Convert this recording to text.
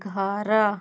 ଘର